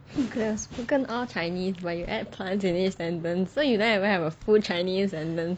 you could have spoken all chinese but you add plants in each sentence so you never have a full chinese sentence